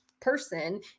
person